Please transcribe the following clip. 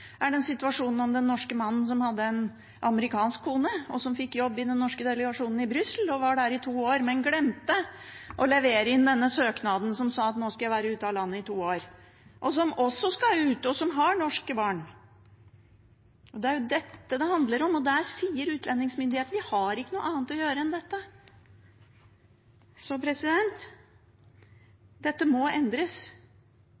om den norske mannen som hadde en amerikansk kone som fikk jobb i den norske delegasjonen i Brussel, og som var der i 2 år, men glemte å levere inn søknaden som sa at nå skal jeg være ute av landet i 2 år. Hun skal også ut, og hun har norske barn. Det er dette det handler om, og der sier utlendingsmyndighetene at de har ikke noe annet å gjøre enn dette. Så